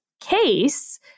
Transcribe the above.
case